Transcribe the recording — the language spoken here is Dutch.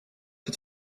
het